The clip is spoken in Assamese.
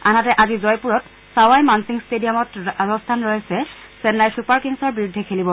আনহাতে আজি জয়পুৰৰ ছাৱাই মানছিং ট্টেডিয়ামত ৰাজস্থান ৰয়েল্ছে চেন্নাই ছুপাৰ কিংছৰ বিৰুদ্ধে খেলিব